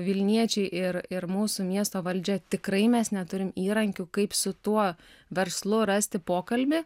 vilniečiai ir ir mūsų miesto valdžia tikrai mes neturim įrankių kaip su tuo verslu rasti pokalbį